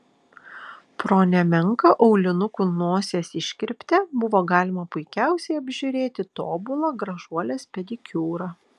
pro nemenką aulinukų nosies iškirptę buvo galima puikiausiai apžiūrėti tobulą gražuolės pedikiūrą